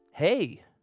Hey